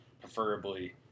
preferably